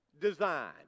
design